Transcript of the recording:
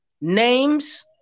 names